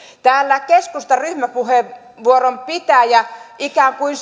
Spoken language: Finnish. täällä keskustan ryhmäpuheenvuoronpitäjä ikään kuin